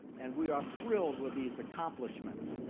and we are thrilled with these accomplishments,